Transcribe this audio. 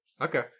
Okay